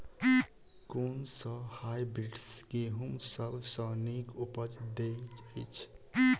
कुन सँ हायब्रिडस गेंहूँ सब सँ नीक उपज देय अछि?